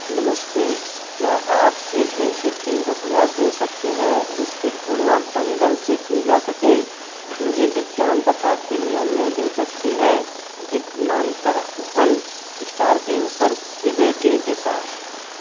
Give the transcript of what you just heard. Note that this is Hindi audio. नमस्ते क्या आप एक ऐसे फ़िल्म का सुझाव दे सकते हैं जिसकी तुलना दंगल से की जा सके मुझे विज्ञान कथा फ़िल्मों में दिलचस्पी है अधिमानतः वन स्टार से ऊपर की रेटिंग के साथ